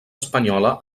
espanyola